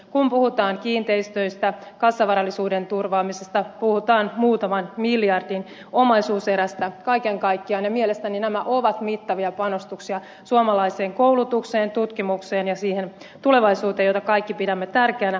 kun puhutaan kiinteistöistä kassavarallisuuden turvaamisesta puhutaan muutaman miljardin omaisuuserästä kaiken kaikkiaan mielestäni nämä ovat mittavia panostuksia suomalaiseen koulutukseen tutkimukseen ja siihen tulevaisuuteen jota kaikki pidämme tärkeänä